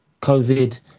COVID